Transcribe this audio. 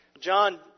John